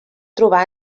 trobar